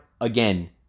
again